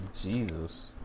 Jesus